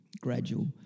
gradual